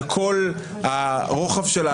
על כל הרוחב שלה,